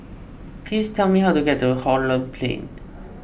please tell me how to get to Holland Plain